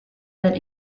that